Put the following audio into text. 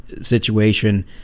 situation